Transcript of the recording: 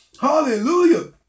Hallelujah